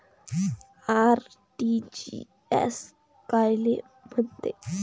RTGS कायले म्हनते?